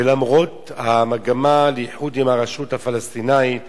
ולמרות המגמה לאיחוד עם הרשות הפלסטינית ברמאללה,